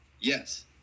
yes